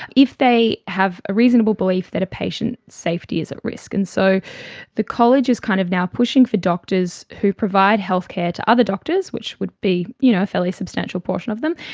if they have a reasonable belief that a patient's safety is at risk. and so the college is kind of now pushing for doctors who provide health care to other doctors, which would be you know a fairly substantial portion of them,